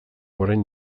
orain